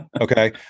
Okay